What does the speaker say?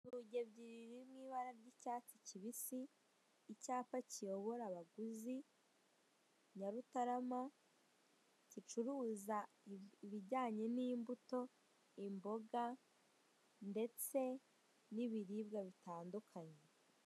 Inzugi ebyiri ri mu ibara ry'icyatsi kibisi, icyapa kiyobora abaguzi, Nyarutarama, gicuruza ibijyanye n'imbuto, imboga ndetse n'ibiribwa bitandukanye.